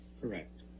correct